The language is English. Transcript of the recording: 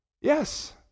yes